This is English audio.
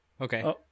okay